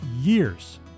years